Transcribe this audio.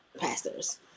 pastors